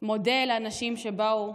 מודה לאנשים שבאו,